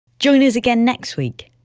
join us again next week.